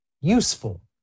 useful